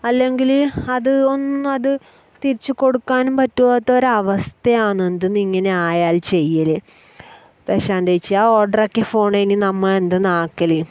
അല്ലെങ്കിൽ അത് ഒന്നത് തിരിച്ച് കൊടുക്കാനും പറ്റാത്തൊരവസ്ഥയാണ് എന്തുന്ന് ഇങ്ങനെ ആയാൽ ചെയ്യൽ പ്രശാന്ത ചേച്ചി ആ ഓർഡർ ആക്കിയ ഫോൺ ഇനി നമ്മൾ എന്തുന്ന് ആക്കൽ